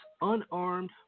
unarmed